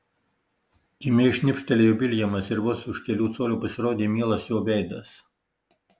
kimiai šnibžtelėjo viljamas ir vos už kelių colių pasirodė mielas jo veidas